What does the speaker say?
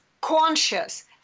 conscious